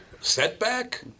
Setback